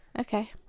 Okay